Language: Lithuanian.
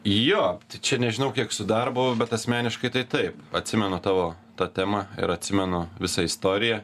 jo čia nežinau kiek su darbu bet asmeniškai tai taip atsimenu tavo tą temą ir atsimenu visą istoriją